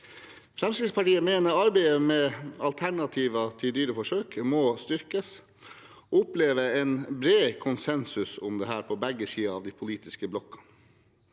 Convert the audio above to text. Fremskrittspartiet mener arbeidet med alternativer til dyreforsøk må styrkes, og opplever en bred konsensus om dette på begge sider av de politiske blokkene.